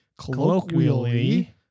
Colloquially